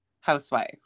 housewife